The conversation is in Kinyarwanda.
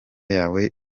yawe